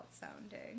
sounding